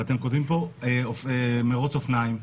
אתם כותבים פה מרוץ אופניים,